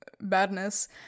badness